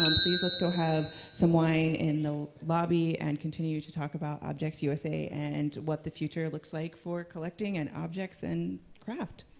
um please, let's go have some wine in the lobby and continue to talk about objects usa and and what the future looks like for collecting and objects, and craft.